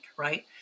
Right